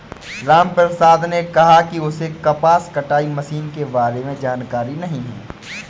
रामप्रसाद ने कहा कि उसे कपास कटाई मशीन के बारे में जानकारी नहीं है